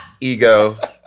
ego